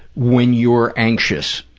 when you were anxious,